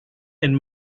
and